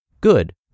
good